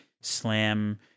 slam